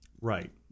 Right